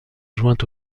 joint